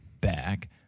back